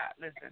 Listen